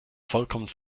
vollkommen